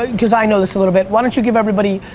ah cause i know this a little bit, why don't you give everybody,